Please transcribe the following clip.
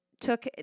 took